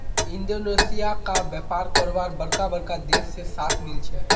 Indonesia क व्यापार करवार बरका बरका देश से साथ मिल छे